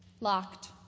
locked